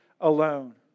alone